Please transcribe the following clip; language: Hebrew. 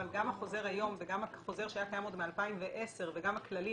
אבל גם החוזר היום וגם החוזר שהיה קיים עוד מ-2010 וגם הכללים